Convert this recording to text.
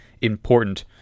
important